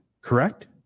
correct